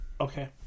Okay